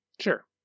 Sure